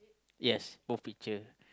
yes both picture